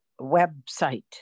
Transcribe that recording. website